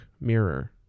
Mirror